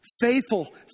Faithful